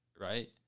right